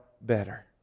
better